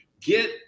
get